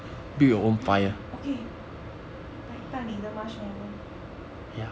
okay 带带你的 marshmallow